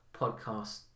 podcast